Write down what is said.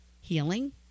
healing